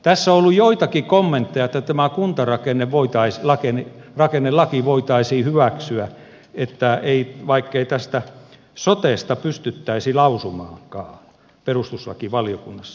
tässä on ollut joitakin kommentteja että tämä kuntarakennelaki voitaisiin hyväksyä vaikkei tästä sotesta pystyttäisi lausumaankaan perustuslakivaliokunnassa